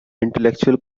intellectual